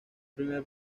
primer